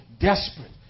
desperate